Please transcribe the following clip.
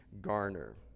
garner